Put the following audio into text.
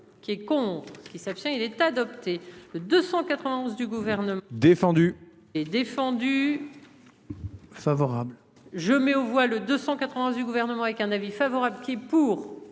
Qui est contre qui s'abstient il est adopté. 291 du gouvernement défendu et défendu. Favorable. Je mets aux voix le 280 du gouvernement avec un avis favorable qui pour